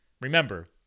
Remember